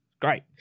Great